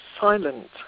silent